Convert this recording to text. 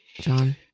John